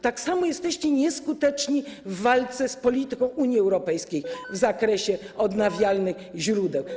Tak samo jesteście nieskuteczni w walce z polityką Unii Europejskiej w zakresie odnawialnych źródeł.